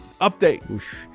Update